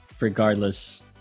regardless